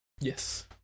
Yes